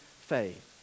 faith